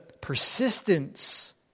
persistence